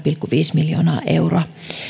pilkku viisi miljoonaa euroa